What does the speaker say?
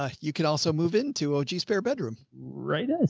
ah you can also move into o g spare bedroom, right? ah